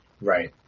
Right